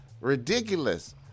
ridiculous